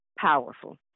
Powerful